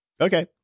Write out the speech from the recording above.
okay